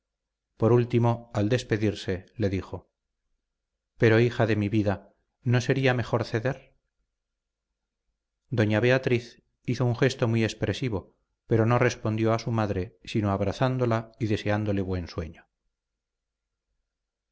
por último al despedirse le dijo pero hija de mi vida no sería mejor ceder doña beatriz hizo un gesto muy expresivo pero no respondió a su madre sino abrazándola y deseándole buen sueño